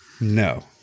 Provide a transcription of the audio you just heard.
No